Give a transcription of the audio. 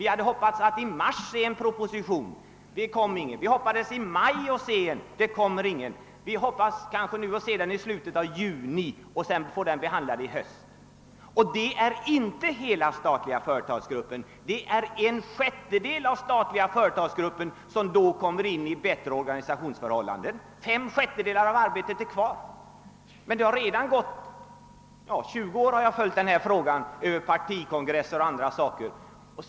Vi hade hoppats att i mars få oss förelagda en proposition i anledning härav, men det kom ingen sådan. Vi hoppades sedan få se en sådan i maj, men inte heller då kom den. Vi hoppas nu att få den i slutet av juni för behandling i höst. Förslaget avser inte hela den statliga företagsgruppen utan bara en sjättedel av den, som föreslås få förbättrade organisationsförhållanden. Fem sjättedelar av arbetet återstår alltså ännu. I 20 år har jag arbetat på denna fråga på partikongresser och i andra sammanhang.